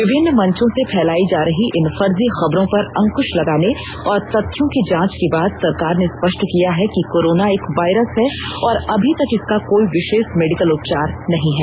विभिन्न मंचों से फैलाई जा रही इन फर्जी खबरों पर अंकुश लगाने और तथ्यों की जांच के बाद सरकार ने स्पष्ट किया है कि कोरोना एक वायरस है और अभी तक इसका कोई विशेष मेडिकल उपचार नहीं है